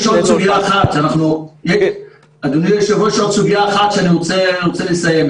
יש עוד סוגיה אחת בה אני רוצה לסיים.